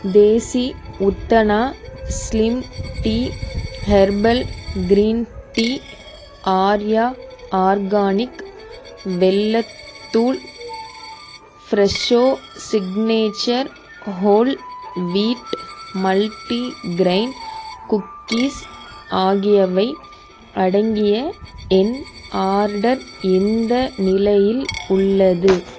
தேசி Utthana slim tea herbal green tea Arya organic வெல்லத் தூள் Fresho signature whole wheat multigrain cookies ஆகியவை அடங்கிய என் ஆர்டர் எந்த நிலையில் உள்ளது